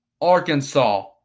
Arkansas